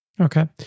Okay